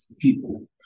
people